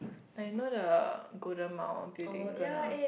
I know the Golden Mile building gonna